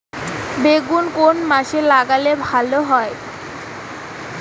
বেগুন কোন মাসে লাগালে ভালো হয়?